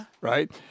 right